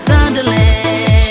Sunderland